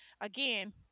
again